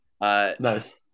Nice